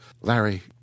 Larry